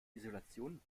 isolation